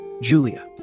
Julia